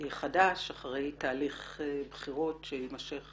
חדש אחרי תהליך בחירות שיימשך